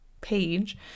page